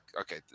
okay